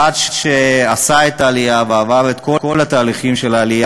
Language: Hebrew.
כאחד שעשה עלייה ועבר את כל התהליכים של העלייה,